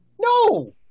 No